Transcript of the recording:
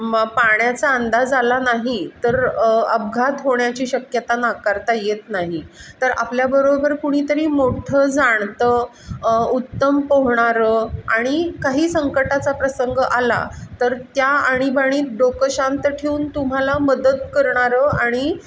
मग पाण्याचा अंदाज आला नाही तर अपघात होण्याची शक्यता नाकारता येत नाही तर आपल्याबरोबर कुणी तरी मोठं जाणतं उत्तम पोहणारं आणि काही संकटाचा प्रसंग आला तर त्या आणीबाणीत डोकं शांत ठेवून तुम्हाला मदत करणारं आणि